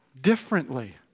differently